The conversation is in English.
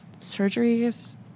Surgeries